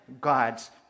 God's